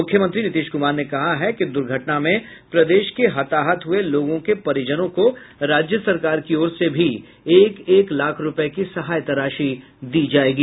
मुख्यमंत्री नीतीश कुमार ने कहा है कि दुर्घटना में प्रदेश के हताहत हुये लोगों के परिजनों को राज्य सरकार की ओर से भी एक एक लाख रूपये की सहायता राशि दी जायेगी